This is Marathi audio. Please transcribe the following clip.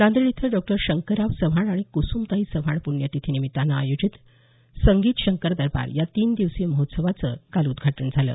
नांदेड इथं डॉ शंकरराव चव्हाण आणि कुसुमताई चव्हाण पुण्यतिथी निमित्तानं आयोजित संगीत शंकर दरबार या तीन दिवसीय महोत्सवाचं काल उदघाटन झालं